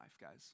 guys